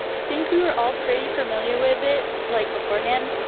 think we were all pretty familiar with it like beforehand.